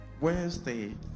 Wednesday